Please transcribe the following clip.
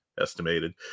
estimated